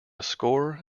score